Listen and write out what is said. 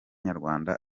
nyarwanda